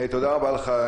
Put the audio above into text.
תודה רבה לך,